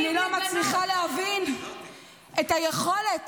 אני לא מצליחה להבין את היכולת